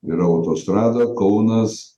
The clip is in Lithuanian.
ir autostrada kaunas